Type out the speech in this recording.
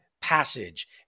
Passage